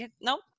nope